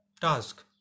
task